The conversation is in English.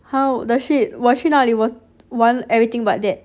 how the shit 我去哪里玩 everything but that